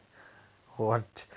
what